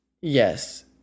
Yes